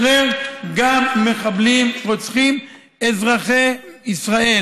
עד לרגע שבו היה צריך לשחרר גם מחבלים רוצחים אזרחי ישראל,